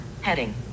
Heading